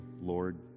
Lord